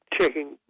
checking